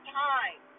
time